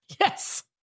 Yes